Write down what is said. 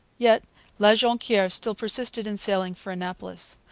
yet la jonquiere still persisted in sailing for annapolis.